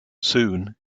soon